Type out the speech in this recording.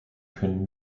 können